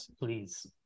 please